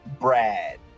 Brad